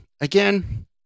Again